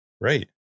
right